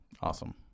Awesome